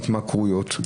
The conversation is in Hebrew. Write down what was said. התמכרויות,